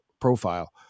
profile